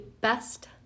best